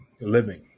living